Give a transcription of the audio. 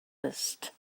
list